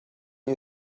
new